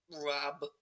Rob